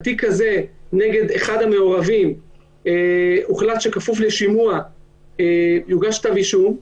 נגד אחד המעורבים הוחלט שכפוף לשימוע יוגש כתב אישום.